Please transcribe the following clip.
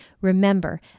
remember